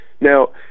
Now